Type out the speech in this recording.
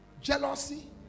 Jealousy